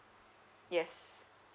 yes